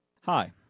Hi